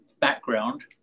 background